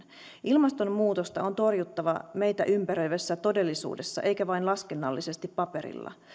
ilmastonmuutosta on torjuttava meitä ympäröivässä todellisuudessa eikä vain laskennallisesti paperilla